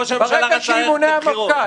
ברגע שימונה מפכ"ל.